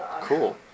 cool